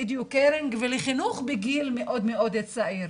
educating ולחינוך בגיל מאוד מאוד צעיר.